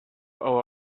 our